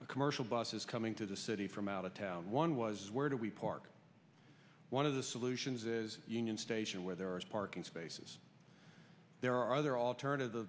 the commercial buses coming to the city from out of town one was where do we park one of the solutions is union station where there are as parking spaces there are other alternative